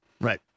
Right